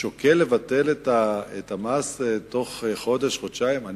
שוקל לבטל את המס תוך חודש או חודשיים.